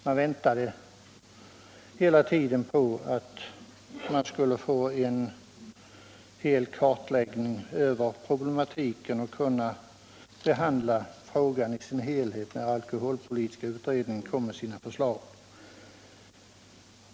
Man väntade hela tiden på utredningens kartläggning av problematiken för att kunna behandla frågan i dess helhet.